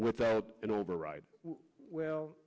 without an override well